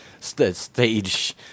stage